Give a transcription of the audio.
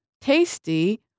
tasty